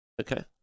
Okay